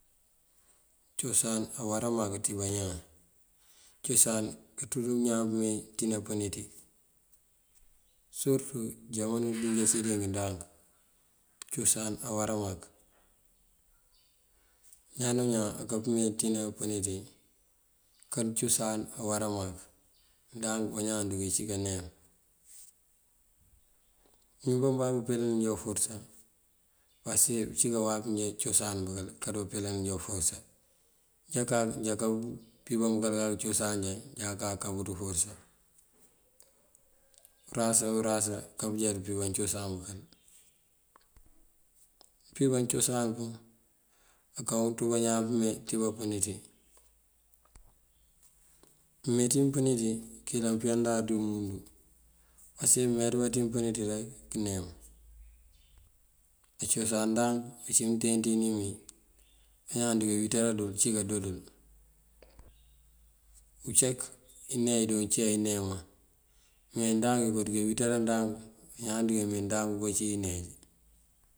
Cosan awará mak ţí bañaan, cosan kaţurun ñaan pëmee ţí nampëni ţí. Surëtú jamano dí njá círink ndank, cosan awará mak. Ñaan o ñaan kapëmee ţí nampëni ţí, unkáwun cosan awará mak. Ndank bañaan duka cí kaneem. Mëwín bababú peelani njá uforësa pasëk bëncí kawáap njá cosan bëkël, karu bampeelan njá uforësa. Njá kak, njá ka kampímban bëkël kak cosan njá, njá kaka kabut uforësa. Urasa o rasa ká bunjá bunká píban cosan bukël. Pëmpíban cosan pun kanţú bañaan pëmee ţí bampëni ţí. Mee ţí mëmpëni ţí këyëlan pëyandar dí umundu pasëk mëmeeţ bá ţí mëmpëni ţí rek këneem. Dí cosan ndank, uncí mënten ţí inim yí bañaan aruka awíţaran dul bëncí kandoon dul. Uncak ineej andoo ci ayineeman me ndank iko duka witara ndank ñaan duka mee ndank ko uciwi ineej.